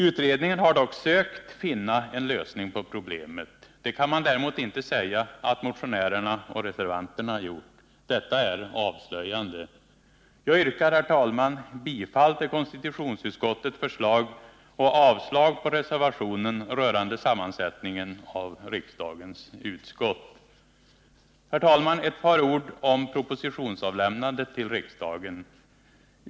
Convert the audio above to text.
Utredningen har dock sökt finna en lösning på problemet. Det kan man däremot inte säga att motionärerna och reservanterna gjort. Detta är avslöjande. Jag yrkar, herr talman, bifall till konstitutionsutskottets förslag och avslag på reservationen rörande sammansättningen av riksdagens utskott. Herr talman! Ett par ord om propositionsavlämnandet till riksdagen.